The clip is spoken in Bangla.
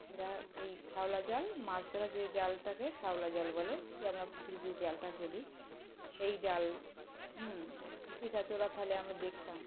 যেটা ওই খেওলা জাল মাছ ধরা যে জালটাকে খেওলা জাল বলে যে আমরা পুকুরে যে জালটা ফেলি সেই জাল হুম ঠিক আছে ওরা ফেলে আমরা দেখতাম